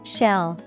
Shell